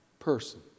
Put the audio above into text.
person